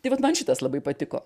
tai vat man šitas labai patiko